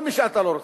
כל מי שאתה לא רוצה.